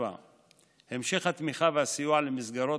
4. המשך התמיכה והסיוע למסגרות